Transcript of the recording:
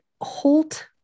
Holt